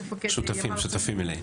הם שותפים מלאים.